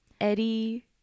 Eddie